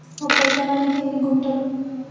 ఒక ఎకరానికి ఎన్ని గుంటలు?